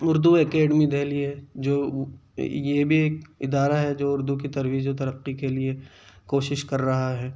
Urdu academy Delhi ہے جو یہ بھی ایک ادارہ ہے جو اردو کی ترویج و ترقی کے لیے کوشش کر رہا ہے